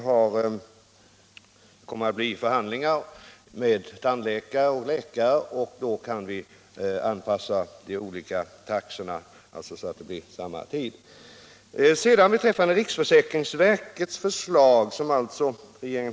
Det kommer att bli förhandlingar med tandläkare och läkare, och då kan vi anpassa de olika taxorna så att giltighetstiderna sammanfaller.